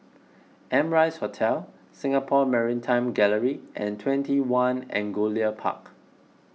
Amrise Hotel Singapore Maritime Gallery and twenty one Angullia Park